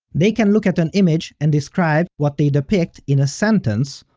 they can look at an image and describe what they depict in a sentence,